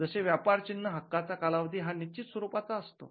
जसे व्यापार चिन्ह हक्कचा कालावधी हा निश्चित स्वरूपाचा असतो